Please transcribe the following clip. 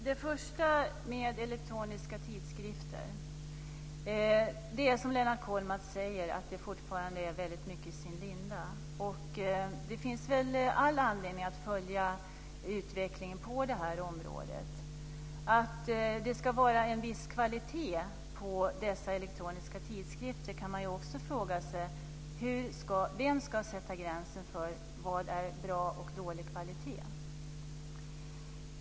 Fru talman! Jag vill börja med de elektroniska tidskrifterna. Det är som Lennart Kollmats säger, att de fortfarande är väldigt mycket i sin linda. Det finns väl all anledning att följa utvecklingen på det här området. Att det ska vara en viss kvalitet på dessa elektroniska tidskrifter kan man ju också undra över. Vem ska sätta gränsen för vad som är bra och dålig kvalitet?